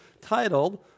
titled